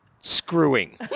screwing